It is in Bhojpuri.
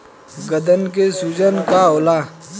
गदन के सूजन का होला?